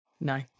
no